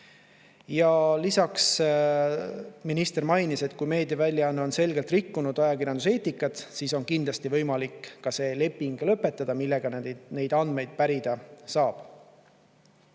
maha. Minister mainis, et kui meediaväljaanne on selgelt rikkunud ajakirjanduseetikat, siis on kindlasti võimalik ka lõpetada see leping, mille alusel neid andmeid pärida saab.